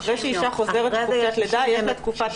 אחרי שאישה חוזרת מחופשת לידה, יש לה תקופת הגנה.